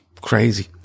crazy